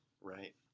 Right